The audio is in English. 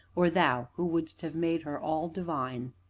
or thou, who wouldst have made her all divine?